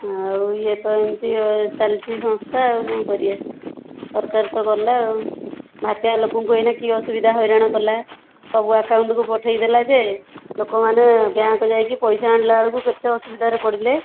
ଆଉ ଇଏ ତ ଏମିତି ଚାଲିଛି ସଂସ୍ଥା ଆଉ କ'ଣ କରିବା ସରକାର ତ ଗଲା ଆଉ ବାତ୍ୟା ଲୋକଙ୍କୁ କି ଅସୁବିଧା ହଇରାଣ କଲା ସବୁ ଏକାଉଣ୍ଟ୍କୁ ପଠାଇ ଦେଲା ଯେ ଲୋକମାନେ ବ୍ୟାଙ୍କ୍ ଯାଇକି ପଇସା ଆଣିଲା ବେଳକୁ କେତେ ଅସୁବିଧାରେ ପଡ଼ିଲେ